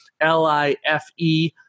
L-I-F-E